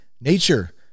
nature